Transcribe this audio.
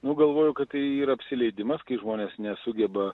nu galvoju kad tai yra apsileidimas kai žmonės nesugeba